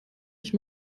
ich